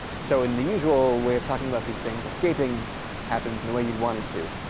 so in the usual way of talking about these things, escaping happens in the way you'd want it to.